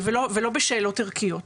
ולא בשאלות ערכיות.